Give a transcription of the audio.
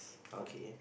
okay